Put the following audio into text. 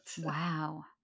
wow